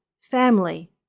family